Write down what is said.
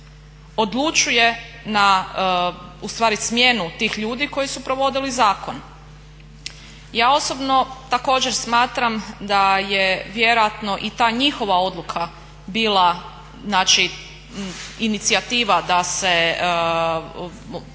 odlučuje na ustvari smjenu tih ljudi koji su provodili zakon. Ja osobno također smatram da je vjerojatno i ta njihova odluka bila znači inicijativa da se